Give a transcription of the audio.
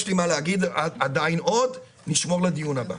יש לי מה להגיד עוד, אני אשמור לדיון הבא.